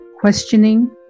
questioning